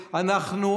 הכנסת.